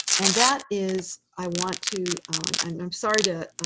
and that is i want to i'm sorry to